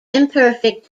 imperfect